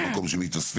או מקום שמתאספים,